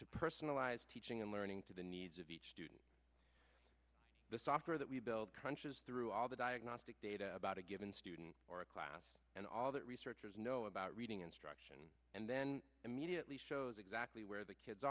to personalized teaching and learning to the needs of each student the software that we build crunches through all the diagnostic data about a given student or a class and all that researchers know about reading instruction and then immediately shows exactly where the kids